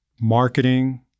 marketing